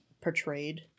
portrayed